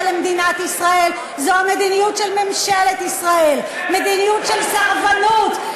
למדינת ישראל זו המדיניות של ממשלת ישראל: מדיניות של סרבנות,